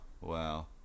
wow